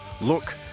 look